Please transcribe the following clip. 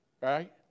Right